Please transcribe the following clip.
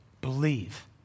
believe